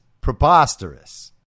preposterous